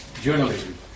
journalism